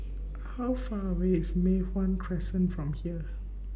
How Far away IS Mei Hwan Crescent from here